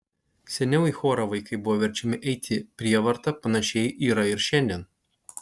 seniau į chorą vaikai buvo verčiami eiti prievarta panašiai yra ir šiandien